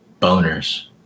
boners